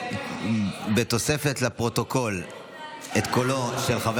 בתוספת לפרוטוקול של קולותיהם של חבר